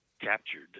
captured